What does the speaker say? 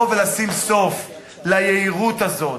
כדי לבוא ולשים סוף ליהירות הזאת,